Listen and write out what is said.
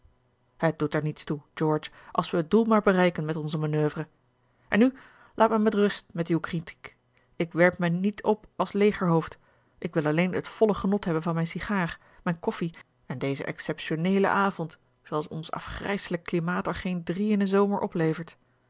het doet er niets toe george als we het doel maar bereiken met onze manoeuvre en nu laat mij met rust met uwe critiek ik werp mij niet op als legerhoofd ik wil alleen het volle genot hebben van mijne cigaar mijne koffie en dezen exceptioneelen avond zooals ons afgrijslijk klimaat er geen drie in een zomer oplevert